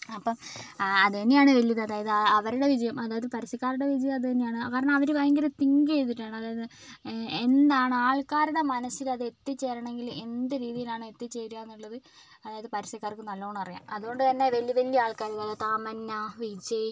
അപ്പം അതെന്നെയാണ് വലുത് അതായത് അവരുടെ വിജയം അതായത് പരസ്യക്കാരുടെ വിജയം അതുതന്നെയാണ് കാരണം അവർ ഭയങ്കര തിങ്ക് ചെയ്തിട്ടാണ് അതായത് എന്താണ് ആൾക്കാരുടെ മനസ്സിലത് എത്തിച്ചേരണമെങ്കിൽ എന്ത് രീതിയിലാണ് എത്തിച്ചേരുക എന്നുള്ളത് അതായത് പരസ്യക്കാർക്ക് നാല്ലോണം അറിയാം അതുകൊണ്ടു തന്നെ വലിയ വലിയ ആൾക്കാരെ പോലെ തമന്ന വിജയ്